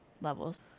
levels